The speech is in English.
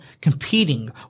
competing